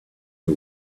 you